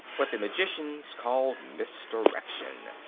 what the magicians call misdirection.